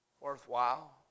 worthwhile